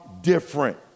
different